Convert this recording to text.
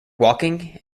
walking